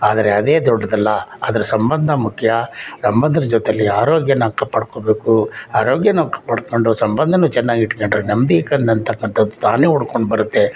ಆದರೆ ಅದೇ ದೊಡ್ಡದಲ್ಲ ಅದ್ರ ಸಂಬಂಧ ಮುಖ್ಯ ಸಂಬಂಧದ ಜೊತೆಯಲ್ಲಿ ಆರೋಗ್ಯನ ಕಪಾಡ್ಕೊಳ್ಬೇಕು ಆರೋಗ್ಯವೂ ಕಾಪಾಡಿಕೊಂಡು ಸಂಬಂಧವೂ ಚೆನ್ನಾಗಿ ಇಟ್ಕೊಂಡ್ರೆ ನೆಮ್ಮದಿ ಕಂಡು ಅಂತಕ್ಕಂಥದ್ದು ತಾನೆ ಹುಡ್ಕೊಂಡು ಬರುತ್ತೆ